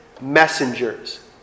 messengers